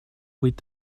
быть